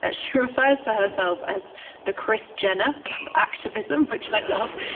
ah she refers to herself as the kris jenner of activism, which i love.